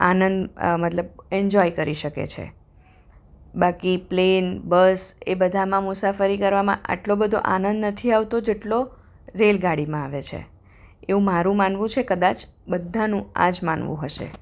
આનંદ મતલબ એન્જોય કરી શકે છે બાકી પ્લેન બસ એ બધામાં મુસાફરી કરવામાં આટલો બધો આનંદ નથી આવતો જેટલો રેલગાડીમાં આવે છે એવું મારું માનવું છે કદાચ બધાનું આ જ માનવું હશે